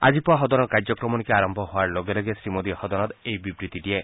আজি পুৱা সদনৰ কাৰ্যক্ৰমণিকা আৰম্ভ হোৱাৰ লগে লগে শ্ৰীমোদীয়ে সদনত এই বিবৃতি দিয়ে